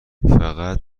فقط